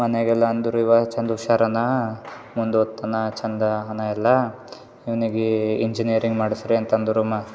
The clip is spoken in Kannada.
ಮನ್ಯಾಗೆ ಎಲ್ಲ ಅಂದರು ಇವಾಗ ಚಂದ ಹುಷಾರ್ ಅನಾ ಮುಂದೆ ಓದ್ತಾನಾ ಚಂದ ಅನಾ ಎಲ್ಲ ಇವ್ನಿಗೆ ಇಂಜಿನಿಯರಿಂಗ್ ಮಾಡ್ಸಿ ರೀ ಅಂತಂದರು ಮ